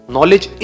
Knowledge